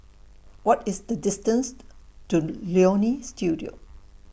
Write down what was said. What IS The distance to Leonie Studio